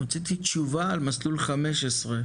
רציתי תשובה על מסלול 15,